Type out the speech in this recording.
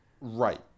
Right